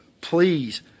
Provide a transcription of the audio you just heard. please